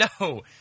No